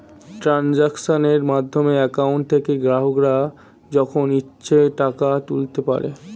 ট্রানজাক্শনের মাধ্যমে অ্যাকাউন্ট থেকে গ্রাহকরা যখন ইচ্ছে টাকা তুলতে পারে